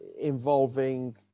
involving